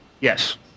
Yes